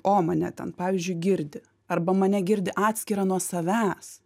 o mane ten pavyzdžiui girdi arba mane girdi atskirą nuo savęs